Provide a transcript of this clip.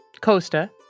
Costa